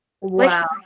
wow